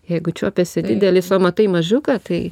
jeigu čiuopiasi didelis o matai mažiuką tai